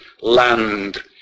land